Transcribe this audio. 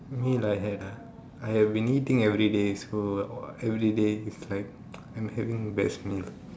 meal I had ah I have been eating everyday so everyday is like I'm having best meal